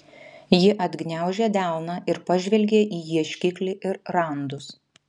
ji atgniaužė delną ir pažvelgė į ieškiklį ir randus